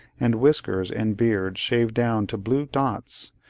and whiskers and beard shaved down to blue dots,